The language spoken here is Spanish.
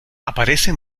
aparece